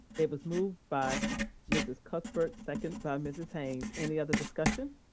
it was moved by mrs. cuthbert, second by mrs. haynes. any other discussion?